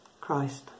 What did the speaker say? Christ